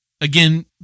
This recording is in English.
Again